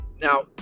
now